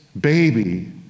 baby